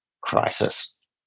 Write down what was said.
crisis